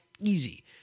easy